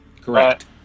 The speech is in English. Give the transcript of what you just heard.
Correct